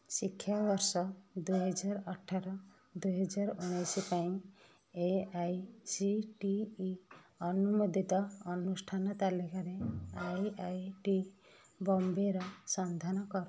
ଶିକ୍ଷାବର୍ଷ ଦୁଇହଜାର ଅଠର ଦୁଇହଜାର ଉଣେଇଶ ପାଇଁ A I C T E ଅନୁମୋଦିତ ଅନୁଷ୍ଠାନ ତାଲିକାରେ ଆଇ ଆଇ ଟି ବମ୍ବେର ସନ୍ଧାନ କର